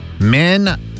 Men